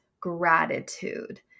gratitude